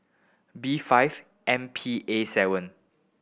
B five M P A seven